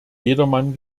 jedermann